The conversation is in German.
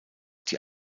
die